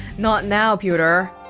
not now, pewter